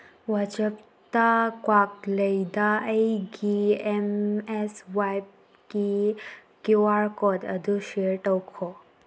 ꯋꯥꯆꯞꯇ ꯀ꯭ꯋꯥꯛꯂꯩꯗ ꯑꯩꯒꯤ ꯑꯦꯝꯑꯦꯁꯋꯥꯏꯞꯒꯤ ꯀ꯭ꯌꯨ ꯑꯥꯔ ꯀꯣꯠ ꯑꯗꯨ ꯁꯤꯌꯥꯔ ꯇꯧꯈꯣ